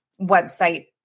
website